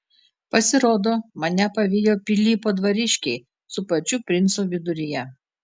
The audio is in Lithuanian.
pasirodo mane pavijo pilypo dvariškiai su pačiu princu viduryje